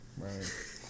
Right